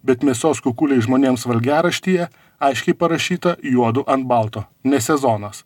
bet mėsos kukuliai žmonėms valgiaraštyje aiškiai parašyta juodu ant balto ne sezonas